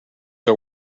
are